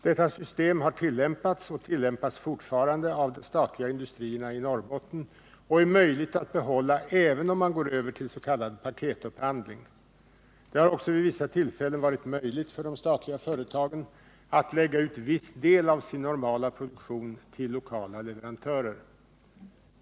Detta system har tillämpats och tillämpas fortfarande av de statliga industrierna i Norrbotten och är möjligt att behålla även om man går över till s.k. paketupphandling. Det har också vid vissa tillfällen varit möjligt för de statliga företagen att lägga ut viss del av sin normala produktion till lokala leverantörer.